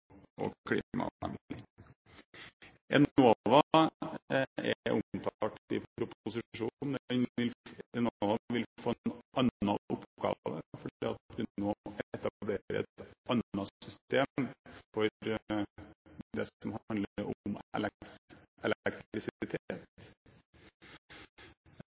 klimavennlig. Enova er omtalt i proposisjonen, Enova vil få en annen oppgave fordi vi nå etablerer et annet system for det som handler om elektrisitet.